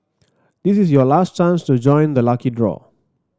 this is your last chance to join the lucky draw